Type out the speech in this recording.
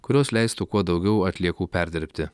kurios leistų kuo daugiau atliekų perdirbti